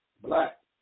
Black